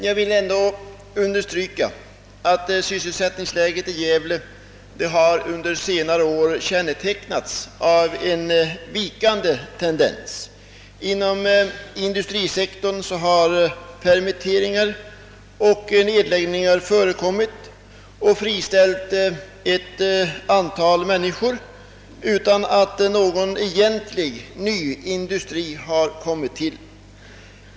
Jag vill dock understryka, att sysselsättningsläget i Gävle under senare år har kännetecknats av en vikande tendens. Inom industrisektorn har permitteringar och nedläggningar av företag förekommit, vilket friställt ett antal människor utan att någon egentlig ny industri har tillkommit.